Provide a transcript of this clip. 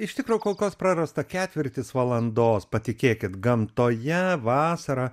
iš tikro kol kas prarasta ketvirtis valandos patikėkit gamtoje vasarą